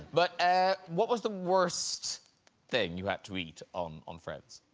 but what was the worst thing you had to eat on on friends?